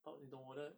but 你懂我的